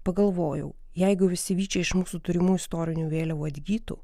pagalvojau jeigu visi vyčiai iš mūsų turimų istorinių vėliavų atgytų